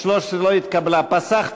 קבוצת